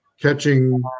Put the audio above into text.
catching